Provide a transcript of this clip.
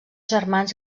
germans